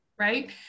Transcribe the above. Right